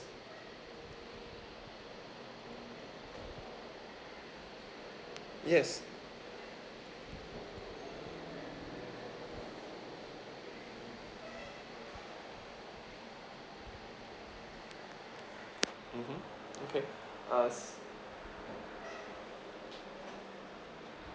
yes mmhmm okay as okay as